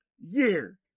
year